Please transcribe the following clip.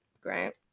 great